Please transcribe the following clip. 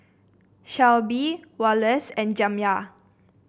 Shelbi Wallace and Jamya